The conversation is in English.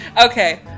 okay